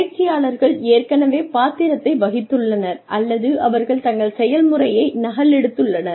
பயிற்சியாளர்கள் ஏற்கனவே பாத்திரத்தை வகித்துள்ளனர் அல்லது அவர்கள் தங்கள் செயல்முறையை நகலெடுத்துள்ளனர்